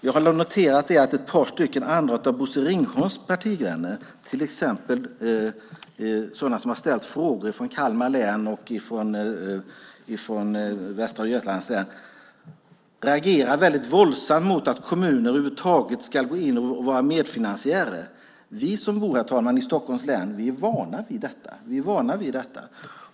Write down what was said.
Jag har noterat att ett par av Bosse Ringholms partivänner, till exempel sådana som har ställt frågor från Kalmar län och från Västra Götalands län, reagerar väldigt våldsamt mot att kommuner över huvud taget ska gå in som medfinansiärer. Vi som bor i Stockholms län är vana vid detta.